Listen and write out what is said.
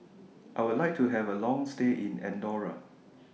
I Would like to Have A Long stay in Andorra